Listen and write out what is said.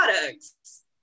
products